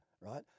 right